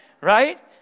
Right